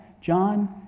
John